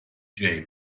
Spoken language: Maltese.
ġej